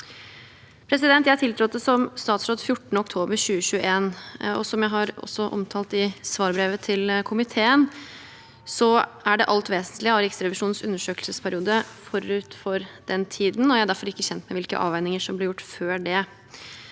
samfunnet. Jeg tiltrådte som statsråd 14. oktober 2021, og som jeg også har omtalt i svarbrevet til komiteen, er det alt vesentlige av Riksrevisjonens undersøkelsesperiode forut for den tiden. Jeg er derfor ikke kjent med hvilke avveininger som ble gjort før det,